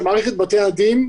שמערכת בתי-הדין,